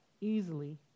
easily